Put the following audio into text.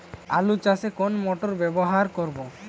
আলু চাষে কোন মোটর ব্যবহার করব?